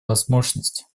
возможность